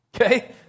Okay